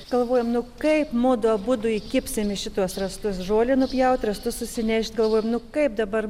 galvojam nu kaip mudu abudu įkibsim į šituos rastus žolę nupjaut rąstus susinešt galvojam nu kaip dabar